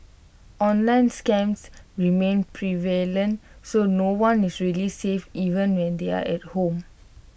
online scams remain prevalent so no one is really safe even when they're at home